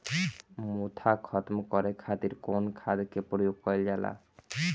मोथा खत्म करे खातीर कउन खाद के प्रयोग कइल जाला?